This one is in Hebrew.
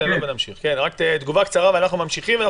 תגובה קצרה ואנחנו ממשיכים.